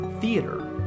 Theater